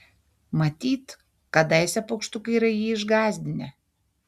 matyt kadaise paukštukai yra jį išgąsdinę